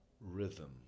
rhythm